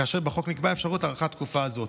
כאשר בחוק נקבעה אפשרות להארכת תקופה זו.